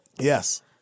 Yes